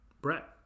Brett